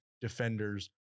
defenders